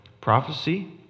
prophecy